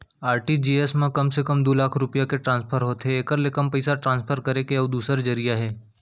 RTGS म कम से कम दू लाख रूपिया के ट्रांसफर होथे एकर ले कम पइसा ट्रांसफर करे के अउ दूसर जरिया हे